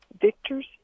Victor's